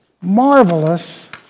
marvelous